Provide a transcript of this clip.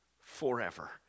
forever